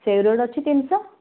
ସେଉ ରେଟ୍ ଅଛି ତିନିଶହ